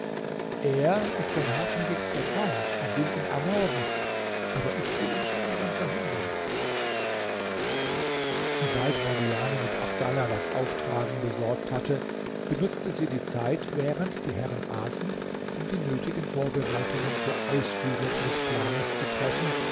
er ist sein hartnäckigster feind und will ihn ermorden aber ich will ihn schon daran verhindern sobald morgiane mit abdallah das auftragen besorgt hatte benutzte sie die zeit während die herren aßen um die nötigen vorbereitungen zur ausführung eines planes zu treffen